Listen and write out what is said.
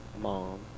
mom